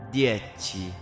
Dieci